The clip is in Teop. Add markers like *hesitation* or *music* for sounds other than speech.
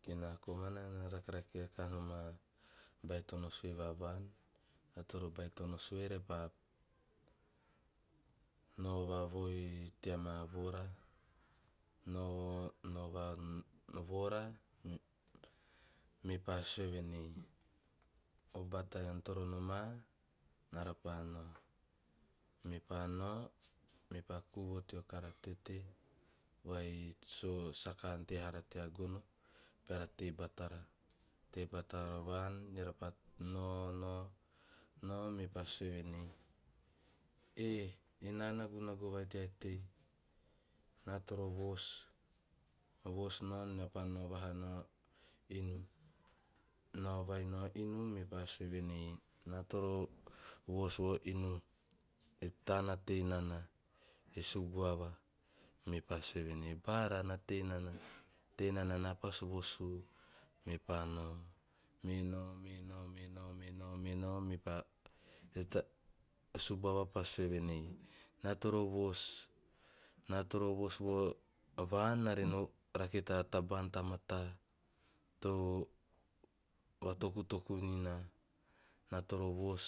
Okay na komana na rakerake, rakaha nom a, baitono sue va vaan, na toro baitono sue repaa, nao vavoi tea maa voora nao- nao va *hesitation* voora. Me pa sue venei, "obata ean toro nam nare paa nao". Mepa nao, mepa kuu voo teo kara tete vaii so saka antee na rara tea gono beara tei batara- tei batara vaan eara paa nao nao nao mepa sue venei, "eh ena nagunagu vai tea tei, na toro voos, a voos no na pa nao vaha nao inu." No vai no inu mepa sue venei "na toro voos vo inu, e tanate nana, e subuava", me pa sue venei, "para nate nana, tei nana na pasi voos u." Mepa nao, me nao me nao me nao me nao me nao me nao, mepa *hesitation* e subuava pa sue venei, "na toro voos, na toro voos vo vaan nare no rake ta tabaan ta mataa to vatokutoku ni na, naa toro voos."